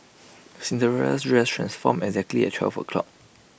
Cinderella's dress transformed exactly at twelve o'clock